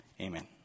Amen